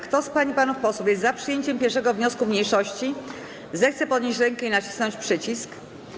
Kto z pań i panów posłów jest za przyjęciem 1. wniosku mniejszości, zechce podnieść rękę i nacisnąć przycisk.